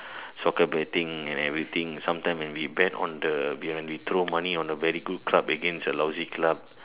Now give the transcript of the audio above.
soccer betting and everything sometimes when we bet on the when we throw money on the very good club against the lousy club